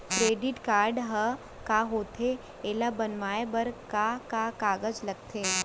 Debit card ह का होथे एला बनवाए बर का का कागज लगथे?